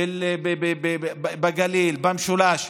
בגליל, במשולש,